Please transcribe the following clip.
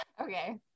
okay